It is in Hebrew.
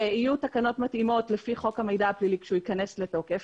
ויהיו תקנות מתאימות לפי חוק המידע הפלילי כשייכנס לתוקף,